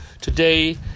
today